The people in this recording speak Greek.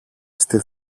στη